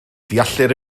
deallir